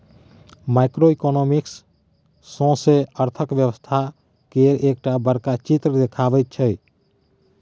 micro economics सौसें अर्थक व्यवस्था केर एकटा बड़का चित्र देखबैत छै